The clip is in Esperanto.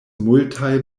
multaj